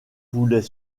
voulait